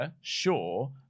sure